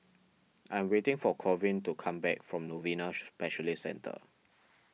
I am waiting for Corwin to come back from Novena Specialist Centre